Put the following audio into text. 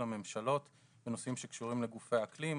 לממשלות בנושאים שקשורים לגופי האקלים,